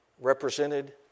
represented